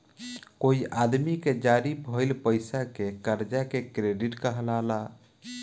कोई आदमी के जारी भइल पईसा के कर्जा के क्रेडिट कहाला